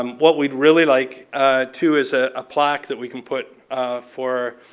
um what we would really like too is a plaque that we can put for,